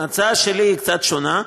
ההצעה שלי היא קצת שונה,